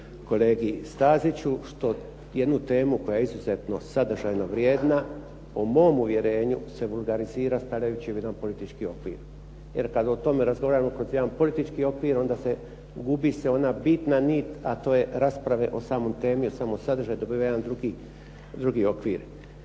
kolegi Staziću što jednu temu koja je izuzetno sadržajno vrijedna o mom uvjerenju se vulgarizira stavljajući u jedan politički okvir. Jer kada o tome razgovaramo kroz jedan politički okvir onda se, gubi se ona bitna nit a to je rasprave o samoj temi, o samom sadržaju, dobiva jedan drugi,